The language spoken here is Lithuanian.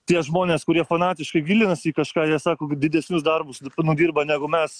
tie žmonės kurie fanatiškai gilinasi į kažką jie sako didesnius darbus nudirba negu mes